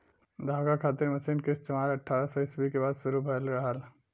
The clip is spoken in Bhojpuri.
धागा खातिर मशीन क इस्तेमाल अट्ठारह सौ ईस्वी के बाद शुरू भयल रहल